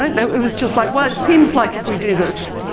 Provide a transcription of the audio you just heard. and it was just like well it seems like if we do this,